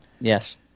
Yes